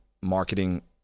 marketing